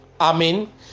Amen